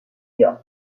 york